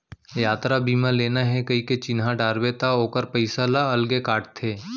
यातरा बीमा लेना हे कइके चिन्हा डारबे त ओकर पइसा ल अलगे काटथे